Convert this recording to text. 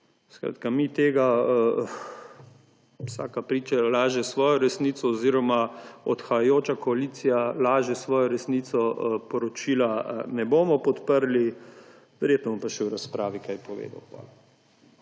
polovico nižje. Vsaka priča laže svojo resnico oziroma odhajajoča koalicija laže svoje resnico. Poročila ne bomo podprli, verjetno bom pa še v razpravi kaj povedal.